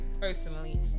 personally